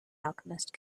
alchemist